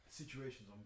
situations